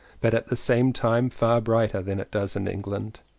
but at the same time far brighter than it does in england,